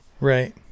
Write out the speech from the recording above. Right